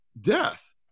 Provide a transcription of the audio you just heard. death